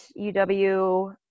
UW